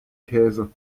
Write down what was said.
käse